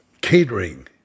catering